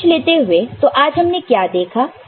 सारांश लेते हुए तो आज हमने क्या देखा